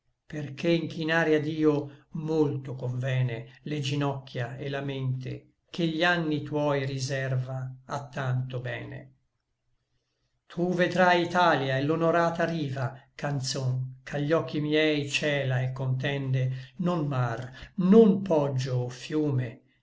perché inchinare a dio molto convene le ginocchia et la mente che gli anni tuoi riserva a tanto bene tu vedrai italia et l'onorata riva canzon ch'agli occhi miei cela et contende non mar non poggio o fiume